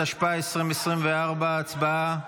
התשפ"ה 2024. הצבעה.